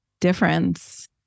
difference